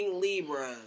Libras